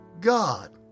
God